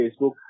Facebook